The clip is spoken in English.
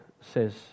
says